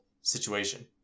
situation